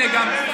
מה עם מורי הדרך?